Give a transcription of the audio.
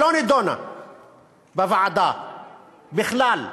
שלא נדונה בוועדה בכלל,